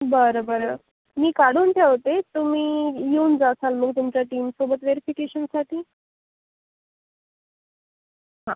बरं बरं मी काढून ठेवते तुम्ही येऊन जाशाल मग तुमच्या टीमसोबत वेरिफिकेशनसाठी हां